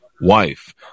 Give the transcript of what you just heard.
Wife